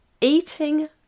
Eating